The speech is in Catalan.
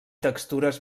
textures